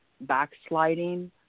backsliding